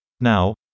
Now